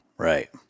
Right